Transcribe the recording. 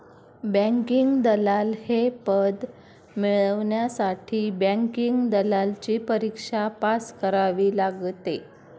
banking दलाल हे पद मिळवण्यासाठी बँकिंग दलालची परीक्षा पास करावी लागते